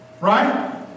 Right